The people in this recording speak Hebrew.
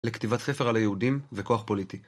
לכתיבת חפר על היהודים וכוח פוליטי.